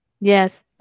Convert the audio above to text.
Yes